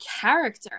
character